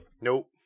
nope